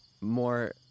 more